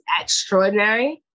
extraordinary